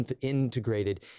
integrated